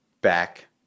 back